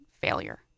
failure